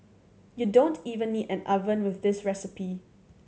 you don't even need an oven with this recipe